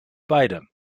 beide